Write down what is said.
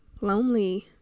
lonely